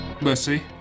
Mercy